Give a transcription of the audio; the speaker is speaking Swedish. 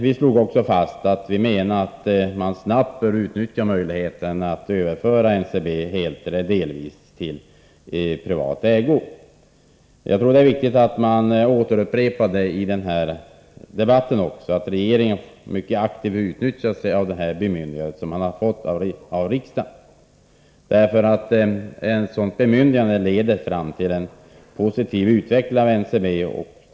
Vi slog också fast att man snabbt borde utnyttja möjligheten att, helt eller delvis, överföra NCB till privat ägo. Jag tror att det är viktigt att också i denna debatt upprepa att regeringen mycket aktivt bör utnyttja det bemyndigande som man har fått av riksdagen. Ett sådant bemyndigande leder fram till en positiv utveckling i NCB.